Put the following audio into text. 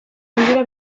handira